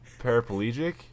paraplegic